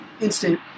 instant